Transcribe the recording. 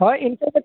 ᱦᱳᱭ ᱤᱱᱠᱟᱹ ᱜᱮ